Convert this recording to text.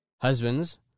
Husbands